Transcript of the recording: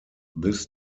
this